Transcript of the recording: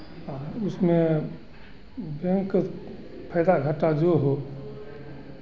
उसमें बैंक फ़ायदा घाटा जो हो